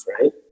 right